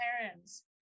parents